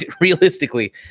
realistically